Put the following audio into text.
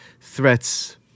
threats